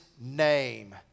name